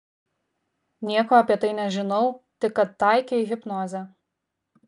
nieko apie tai nežinau tik kad taikei hipnozę